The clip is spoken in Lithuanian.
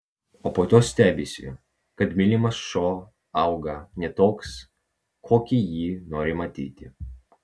o po to stebisi kad mylimas šuo auga ne toks kokį jį nori matyti